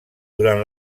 durant